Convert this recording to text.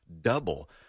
Double